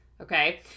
okay